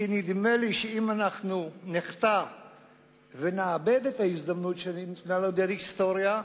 כי נדמה לי שאם אנחנו נחטא ונאבד את ההזדמנות שניתנה לנו דרך ההיסטוריה,